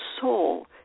soul